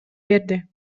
берди